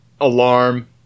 alarm